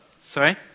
Sorry